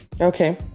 okay